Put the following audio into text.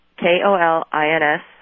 K-O-L-I-N-S